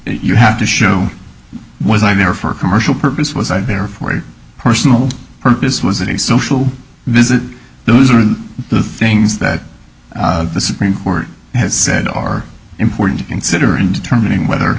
you have to show was there for commercial purpose was i there for a personal purpose was it a social visit those are the things that the supreme court has said are important to consider in determining whether